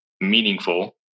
meaningful